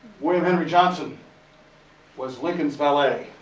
william henry johnson was lincoln's valet.